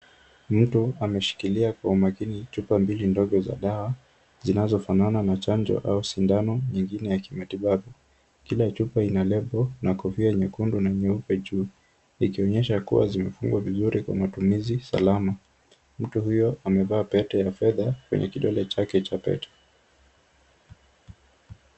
Mtu ameshikilia kwa umakini chupa mbili ndogo za dawa, zinazofanana na chanjo au sindano nyingine ya kimatibabu, kila chupa ina lebo na kofia nyekundu na nyeupe juu, ikionyesha kuwa zimefungwa vizuri kwa matumizi salama. Mtu huyo amevaa pete ya fedha kwenye kidole chake cha pete.